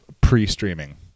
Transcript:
pre-streaming